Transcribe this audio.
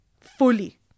fully